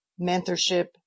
mentorship